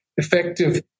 effective